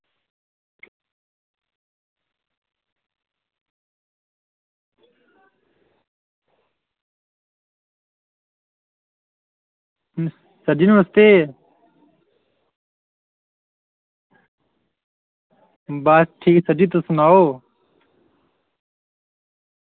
sir ji नमस्ते बारिश ठीक सर जी तुस सनाओ